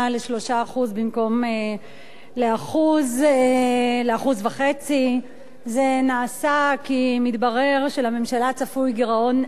ל-3% במקום 1.5%. זה נעשה כי מתברר שלממשלה צפוי גירעון אדיר,